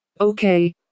Okay